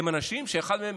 הם אנשים שאחד מהם